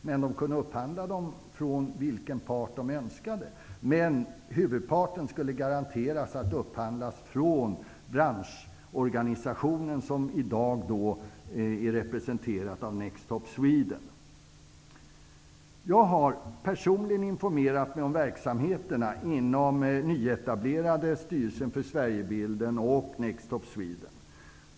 De fick dock upphandla från vilken part de önskade. Det skulle dock garanteras att huvudparten skulle upphandlas från en branschorganisation, som i dag representeras av Jag har personligen informerat mig om verksamheterna inom den nyetablerade Styrelsen för Sverigebilden och Next Stop Sweden.